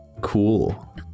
cool